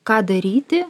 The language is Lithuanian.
ką daryti